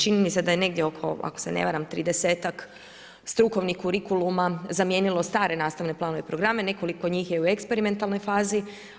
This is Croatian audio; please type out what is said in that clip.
Čini mi se da je negdje ako se ne varam 30-ak strukovnih kurikuluma zamijenilo stare nastavne planove i programe, nekoliko njih je u eksperimentalnoj fazi.